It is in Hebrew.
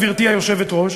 גברתי היושבת-ראש,